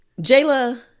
Jayla